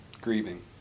Grieving